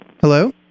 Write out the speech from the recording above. Hello